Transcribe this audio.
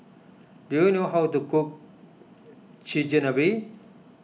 do you know how to cook Chigenabe